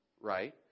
Right